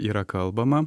yra kalbama